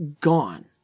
gone